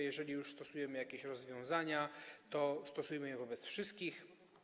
Jeżeli już stosujemy jakieś rozwiązania, to stosujmy je wobec wszystkich.